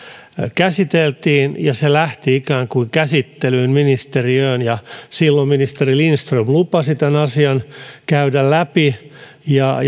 käsiteltiin ja se lähti ikään kuin käsittelyyn ministeriöön silloin ministeri lindström lupasi tämän asian käydä läpi ja